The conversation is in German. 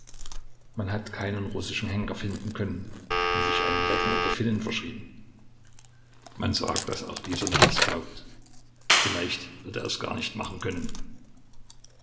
man hat keinen russischen henker finden können und sich einen letten oder finnen verschrieben man sagt daß auch dieser nichts taugt vielleicht wird er es gar nicht machen können